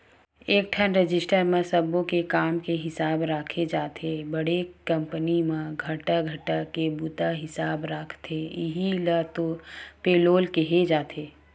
एकठन रजिस्टर म सब्बो के काम के हिसाब राखे जाथे बड़े कंपनी म घंटा घंटा के बूता हिसाब राखथे इहीं ल तो पेलोल केहे जाथे